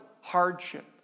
hardship